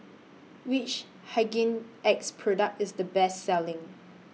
Which Hygin X Product IS The Best Selling